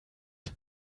ist